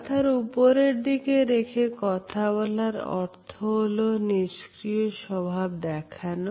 মাথার উপর দিকে রেখে কথা বলা অর্থ হলো নিষ্ক্রিয় স্বভাব দেখানো